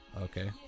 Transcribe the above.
Okay